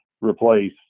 replace